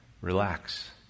Relax